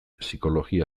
psikologia